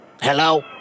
Hello